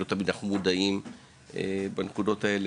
אלה שתי נקודות שאנחנו לא תמיד מודעים למה שקורה בהן,